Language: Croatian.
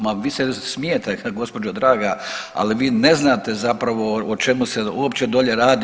Ma vi se smijete gospođo draga, ali vi ne znate zapravo o čemu se uopće dolje radi.